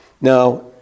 Now